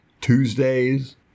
Tuesdays